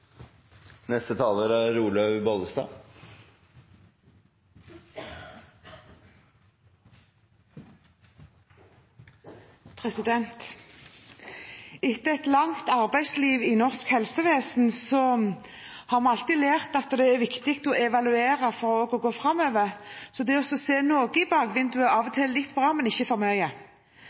Etter et langt arbeidsliv i norsk helsevesen har vi lært at det alltid er viktig å evaluere for å gå framover, så det å se litt i bakvinduet er av og til litt bra, men ikke for mye.